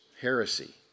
heresy